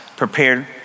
prepared